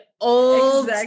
old